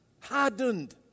Hardened